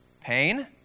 Pain